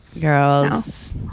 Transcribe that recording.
Girls